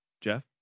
Jeff